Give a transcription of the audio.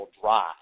drive